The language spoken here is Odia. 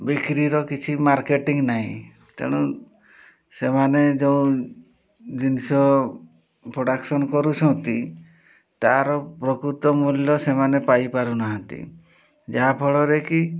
ବିକ୍ରିର କିଛି ମାର୍କେଟିଂ ନାହିଁ ତେଣୁ ସେମାନେ ଯେଉଁ ଜିନିଷ ପ୍ରଡ଼କ୍ସନ କରୁଛନ୍ତି ତା'ର ପ୍ରକୃତ ମୂଲ୍ୟ ସେମାନେ ପାଇପାରୁନାହାନ୍ତି ଯାହାଫଳରେ କି